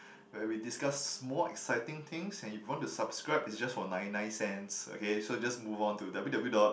where we discuss more exciting things and if you want to subscribe it's just for ninety nine cents okay so just move on to w_w_w dot